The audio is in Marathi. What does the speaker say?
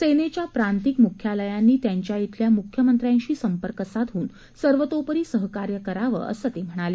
सेनेच्या प्रांतिक म्ख्यालयांनी त्यांच्याइथल्या म्ख्यमंत्र्यांशी संपर्क साधून सर्वतोपरी सहकार्य करावं असं ते म्हणाले